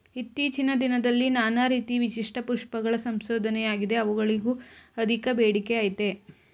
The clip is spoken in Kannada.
ಇತ್ತೀಚಿನ ದಿನದಲ್ಲಿ ನಾನಾ ರೀತಿ ವಿಶಿಷ್ಟ ಪುಷ್ಪಗಳ ಸಂಶೋಧನೆಯಾಗಿದೆ ಅವುಗಳಿಗೂ ಅಧಿಕ ಬೇಡಿಕೆಅಯ್ತೆ